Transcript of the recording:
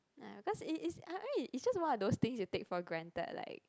ya because is is I mean it's just one of those things you take for granted like